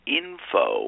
info